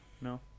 no